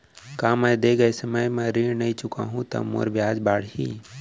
का मैं दे गए समय म ऋण नई चुकाहूँ त मोर ब्याज बाड़ही?